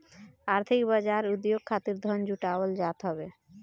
आर्थिक बाजार उद्योग खातिर धन जुटावल जात हवे